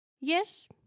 Yes